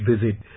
visit